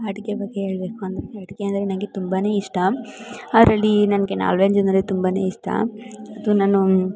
ಅಡುಗೆ ಬಗ್ಗೆ ಹೇಳ್ಬೇಕು ಅಂದರೆ ಅಡುಗೆ ಅಂದರೆ ನನಗೆ ತುಂಬ ಇಷ್ಟ ಅದರಲ್ಲಿ ನನಗೆ ನಾನ್ ವೆಜ್ ಅಂದರೆ ತುಂಬ ಇಷ್ಟ ಅದು ನಾನು